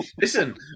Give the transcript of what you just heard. Listen